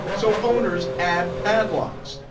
so owners add padlocks,